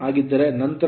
8n ಆಗಿರುತ್ತದೆ